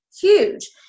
huge